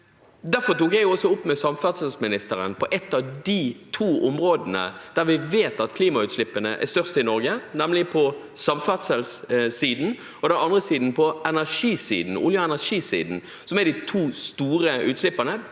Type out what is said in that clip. Derfor tok jeg opp med samferdselsministeren de to områdene der vi vet at klimautslippene er størst i Norge, nemlig på samferdselssiden og på den andre siden olje- og energisiden – som er de to store utslipperne.